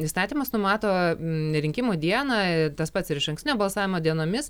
įstatymas numato rinkimų dieną tas pats ir išankstinio balsavimo dienomis